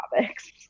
topics